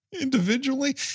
individually